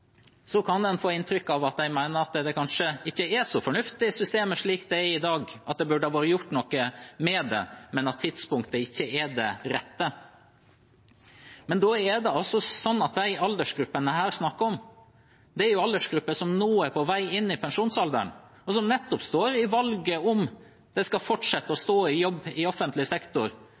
så fornuftig – at det burde ha vært gjort noe med det, men at tidspunktet ikke er det rette. Men da er det slik at de aldersgruppene vi her snakker om, er aldersgrupper som nå er på vei inn i pensjonsalderen, og som nettopp står i valget om de skal fortsette å stå i jobb i offentlig sektor,